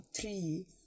three